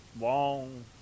long